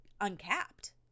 uncapped